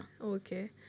Okay